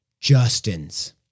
Justin's